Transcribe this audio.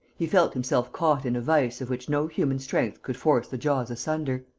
he felt himself caught in a vise of which no human strength could force the jaws asunder.